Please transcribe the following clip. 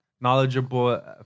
knowledgeable